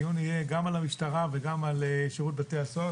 הדיון יהיה גם על המשטרה וגם על שירות בתי הסוהר.